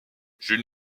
jules